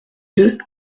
deux